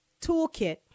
toolkit